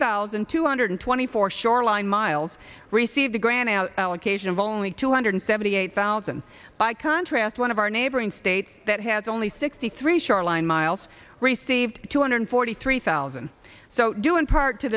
thousand two hundred twenty four shoreline miles received a grant allocation of only two hundred seventy eight thousand by contrast one of our neighboring states that has only sixty three shoreline miles received two hundred forty three thousand so due in part to